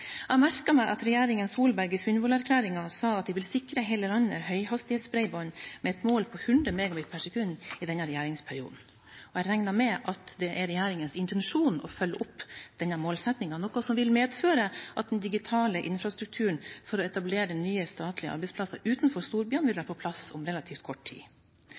Jeg merket meg at regjeringen Solberg i Sundvolden-erklæringen sa at de ville sikre hele landet høyhastighetsbredbånd med et mål på 100 MB per sekund i denne regjeringsperioden. Jeg regner med at det er regjeringens intensjon å følge opp denne målsettingen, noe som vil medføre at den digitale infrastrukturen for å etablere nye statlige arbeidsplasser utenfor storbyene vil være på plass om relativt kort tid.